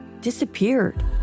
disappeared